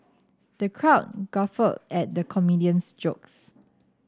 the crowd guffawed at the comedian's jokes